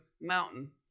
mountain